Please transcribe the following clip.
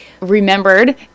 remembered